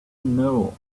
know